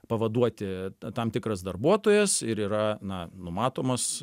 pavaduoti tam tikras darbuotojas ir yra na numatomos